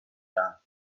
دهم